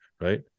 right